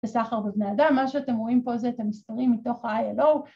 ‫בסחר בבני אדם, מה שאתם רואים פה ‫זה את המספרים מתוך ה-ILO.